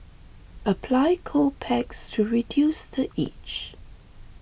apply cold packs to reduce the itch